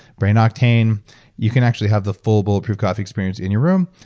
brain octane you can actually have the full bulletproof coffee experience in your room,